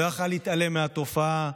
לא יכול להתעלם מהתופעה.